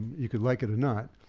you could like it or not,